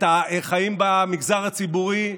את החיים במגזר הציבורי,